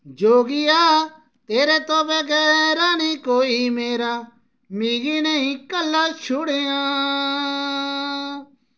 जोगिया तेरे तो बगैर नि कोई मेरा मिगी नेईं कल्ला छोड़ेआं